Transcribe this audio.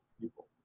people